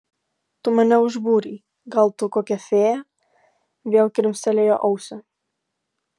tu mane užbūrei gal tu kokia fėja vėl krimstelėjo ausį